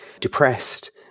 depressed